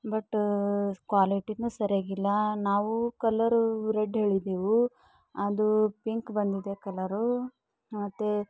but ಕ್ವಾಲಿಟಿಯೂ ಸರಿಯಾಗಿ ಇಲ್ಲ ನಾವು ಕಲರು ರೆಡ್ ಹೇಳಿದ್ದೆವು ಅದು ಪಿಂಕ್ ಬಂದಿದೆ ಕಲರು ಮತ್ತು